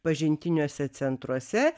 pažintiniuose centruose